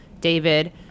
David